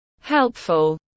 helpful